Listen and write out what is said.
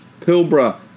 Pilbara